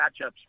matchups